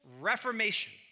reformation